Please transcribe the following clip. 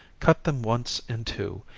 cut them once in two,